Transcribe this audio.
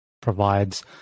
provides